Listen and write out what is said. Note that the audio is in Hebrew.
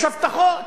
יש הבטחות.